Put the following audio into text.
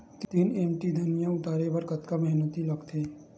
तीन एम.टी धनिया उतारे बर कतका मेहनती लागथे?